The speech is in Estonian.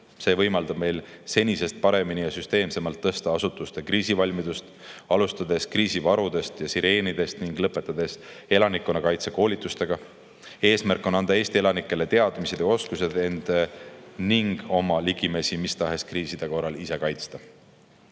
See võimaldab meil senisest paremini ja süsteemsemalt tõsta asutuste kriisivalmidust, alustades kriisivarudest ja sireenidest ning lõpetades elanikkonnakaitse koolitustega. Eesmärk on anda Eesti elanikele teadmised ja oskused end ning oma ligimesi mis tahes kriiside korral ise kaitsta